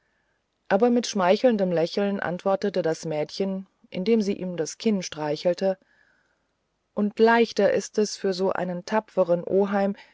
aber mit einschmeichelndem lächeln antwortete das mädchen indem sie ihm das kinn streichelte und leichter ist es für so einen tapferen oheim